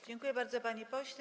Dziękuję bardzo, panie pośle.